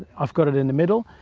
i've got it in the middle.